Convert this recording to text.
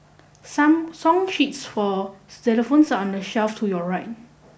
some song sheets for xylophones are on the shelf to your right